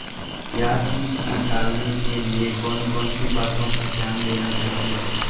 प्याज़ की पौध डालने के लिए कौन कौन सी बातों का ध्यान देना चाहिए?